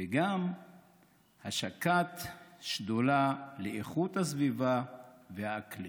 וגם השקנו שדולה לאיכות הסביבה והאקלים,